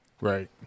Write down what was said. Right